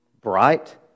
bright